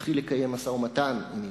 תתחיל לקיים משא-ומתן עם אירן,